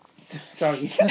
Sorry